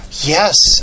Yes